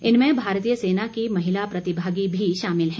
इनमें भारतीय सेना की महिला प्रतिभागी भी शामिल हैं